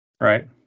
Right